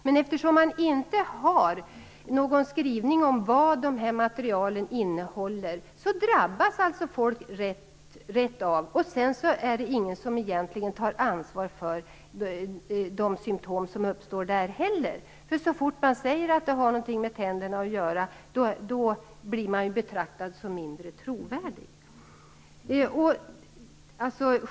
Men eftersom det inte finns någon skrivning om vad de här materialen innehåller drabbas folk rätt av. Det är ingen som egentligen tar ansvar för de symtom som uppstår. Så fort man säger att något har med tänderna att göra blir man nämligen betraktad som mindre trovärdig.